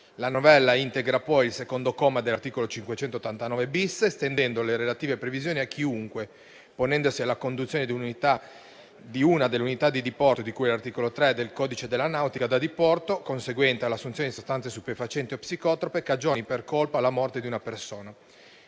La novella integra, poi, il secondo comma dell'articolo 589-*bis* estendendo le relative previsioni a chiunque, ponendosi alla conduzione di una delle unità di diporto di cui articolo 3 del codice della nautica da diporto, conseguente all'adozione di sostanze stupefacenti o psicotrope, cagioni per colpa la morte di una persona.